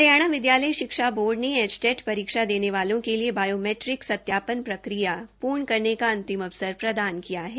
हरियाणा विदयालय शिक्षा बोर्ड ने एचटेट परीक्षा देने वालों के लिए बायोमैट्रिक सत्यापन प्रक्रिया पूरी करने का अंतिम अवसर प्रदान किया है